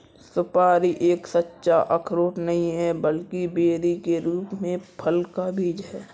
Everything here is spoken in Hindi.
सुपारी एक सच्चा अखरोट नहीं है, बल्कि बेरी के रूप में फल का बीज है